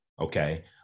Okay